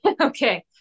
okay